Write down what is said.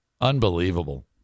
Unbelievable